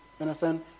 understand